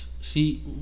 See